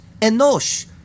enosh